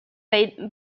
made